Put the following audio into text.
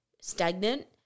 stagnant